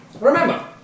remember